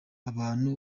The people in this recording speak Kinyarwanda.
abantu